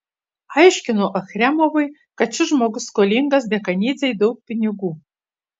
aiškino achremovui kad šis žmogus skolingas dekanidzei daug pinigų